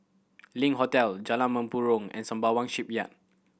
Link Hotel Jalan Mempurong and Sembawang Shipyard